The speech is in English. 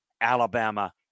Alabama